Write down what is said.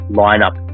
lineup